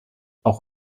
auch